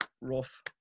rough